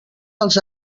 als